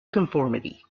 conformity